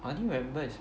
I only remember it's